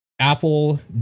Apple